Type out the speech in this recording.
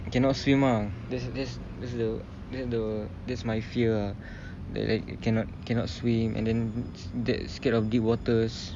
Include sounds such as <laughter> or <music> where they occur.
cannot swim ah there's there's that's the that's the that's my fear ah <breath> like you cannot cannot swim and then that scared of deep waters